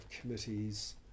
committees